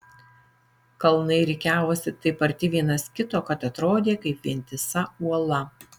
kalnai rikiavosi taip arti vienas kito kad atrodė kaip vientisa uola